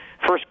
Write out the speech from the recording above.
first